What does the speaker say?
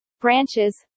branches